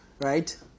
right